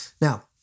Now